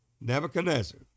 Nebuchadnezzar